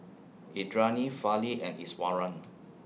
Indranee Fali and Iswaran